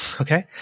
Okay